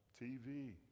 TV